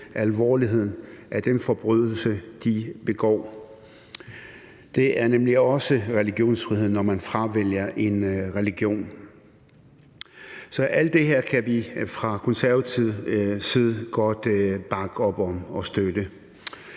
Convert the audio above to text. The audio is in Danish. alvoren af den forbrydelse, de begår. Det er nemlig også religionsfrihed, når man fravælger en religion. Så alt det her kan vi fra konservativ side godt bakke op om og støtte.